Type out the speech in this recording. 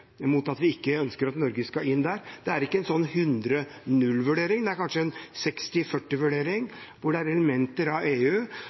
mot at vi ikke ønsker at Norge skal inn der. Det er ikke en 100–0-vurdering, men det er kanskje en 60–40-vurdering. Det er elementer ved EU,